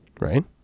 Right